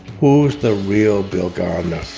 who's the real bill gardner?